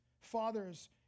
fathers